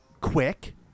quick